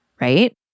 right